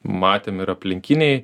matėm ir aplinkiniai